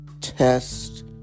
test